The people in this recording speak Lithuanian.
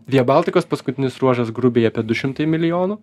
via baltikos paskutinis ruožas grubiai apie du šimtai milijonų